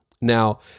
Now